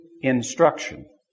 instruction